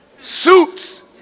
suits